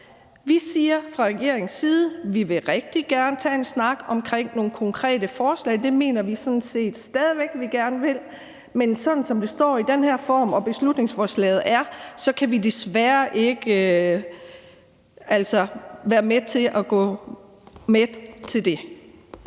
Vi siger fra regeringens side, at vi rigtig gerne vil tage en snak omkring nogle konkrete forslag – det mener vi sådan set stadig væk, det vil vi gerne. Men sådan som det står i den her form, og som beslutningsforslaget er, kan vi altså desværre ikke gå med til det.